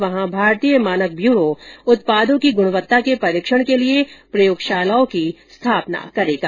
वहीं भारतीय मानक ब्यूरो उत्पादों की गुणवत्ता के परीक्षण के लिए प्रयोगशालाओं की स्थापना करेगा